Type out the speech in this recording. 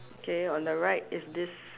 okay on the right is this